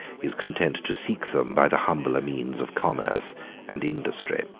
is content to seek them by the humbler means of commerce and industry.